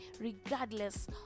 regardless